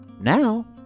Now